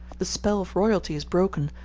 the spell of royalty is broken,